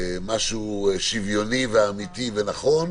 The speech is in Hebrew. שוויוני, אמיתי ונכון